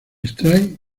extrae